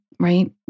Right